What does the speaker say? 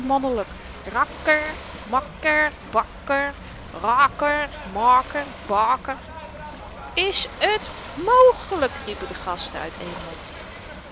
mannelyk rakker makker bakker raker maker baker is t mogelyk riepen de gasten uit één mond